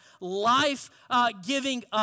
life-giving